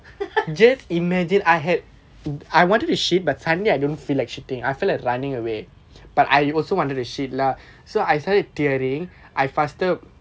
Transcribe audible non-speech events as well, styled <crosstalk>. <laughs>